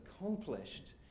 accomplished